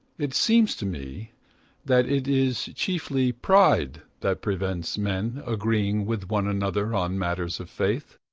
it seems to me that it is chiefly pride that prevents men agreeing with one another on matters of faith.